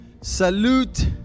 salute